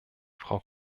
frau